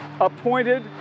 appointed